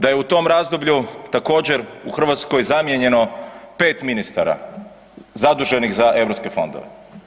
Da je u tom razdoblju također u Hrvatskoj zamijenjeno 5 ministara zaduženih za europske fondove.